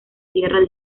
tierras